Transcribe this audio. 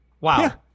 Wow